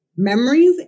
memories